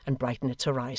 and brighten its horizon.